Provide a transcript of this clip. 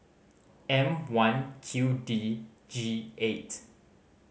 M One Q D G eight